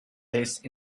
these